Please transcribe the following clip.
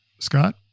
Scott